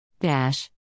Dash